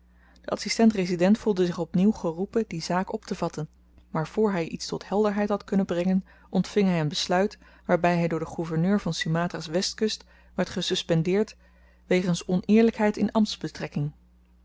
de adsistent resident voelde zich op nieuw geroepen die zaak optevatten maar voor hy iets tot helderheid had kunnen brengen ontving hy een besluit waarby hy door den gouverneur van sumatra's westkust werd gesuspendeerd wegens oneerlykheid in